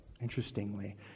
Interestingly